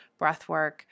breathwork